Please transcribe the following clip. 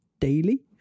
daily